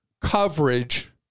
coverage